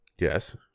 yes